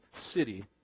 city